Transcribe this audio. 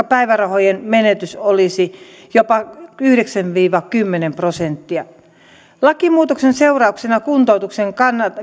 päivärahojen menetys olisi jopa yhdeksän viiva kymmenen prosenttia lakimuutoksen seurauksena kuntoutuksen